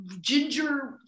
ginger